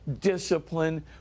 discipline